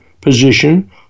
position